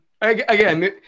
again